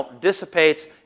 dissipates